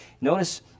Notice